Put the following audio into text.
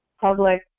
public